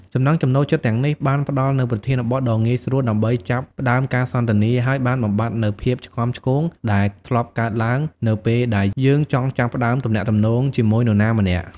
ចំណង់ចំណូលចិត្តទាំងនេះបានផ្តល់នូវប្រធានបទដ៏ងាយស្រួលដើម្បីចាប់ផ្តើមការសន្ទនា ហើយបានបំបាត់នូវភាពឆ្គាំឆ្គងដែលធ្លាប់កើតឡើងនៅពេលដែលយើងចង់ចាប់ផ្តើមទំនាក់ទំនងជាមួយនរណាម្នាក់។